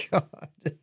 God